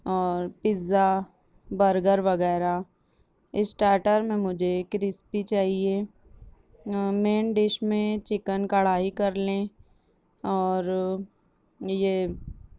اور pizza burger وغیرہ starter میں مجھے کرسپی چاہیے مین ڈش میں چکن کڑھائی لیں اور یہ